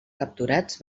capturats